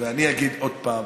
ואני אגיד עוד פעם,